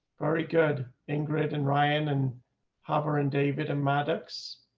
very good. ingrid, and ryan and hopper and david and maddox.